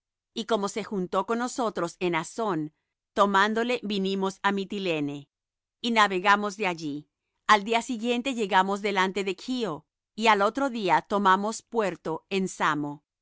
y como se juntó con nosotros en assón tomándole vinimos á mitilene y navegamos de allí al día siguiente llegamos delante de cho y al otro día tomamos puerto en samo